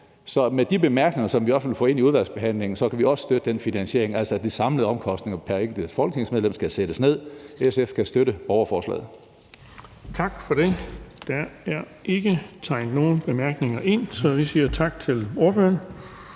Så med de bemærkninger, som vi i hvert fald får ind i udvalgsbehandlingen, kan vi også støtte den finansiering, altså at de samlede omkostninger pr. enkelt folketingsmedlem skal sættes ned. SF kan støtte borgerforslaget. Kl. 15:20 Den fg. formand (Erling Bonnesen): Tak for det.